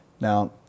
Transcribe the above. Now